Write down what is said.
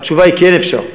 התשובה היא: כן אפשר.